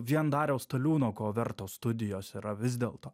vien dariaus staliūno ko vertos studijos yra vis dėlto